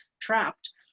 trapped